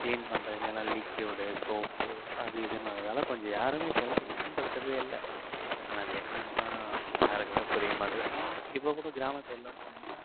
clean பண்ணுறேன்னு எல்லாம் liquid soap அது இதுன்னு வாங்குகிறதால கொஞ்சம் யாருமே இப்போலாம் பயன்படுத்துகிறதே இல்லை ஆனால் அது என்னென்னு தான் யாருக்குமே புரிய மாட்டுது ஆனால் இப்போ கூட கிராம சைட்லாம் போனீங்கன்னா